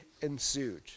ensued